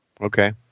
Okay